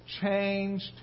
changed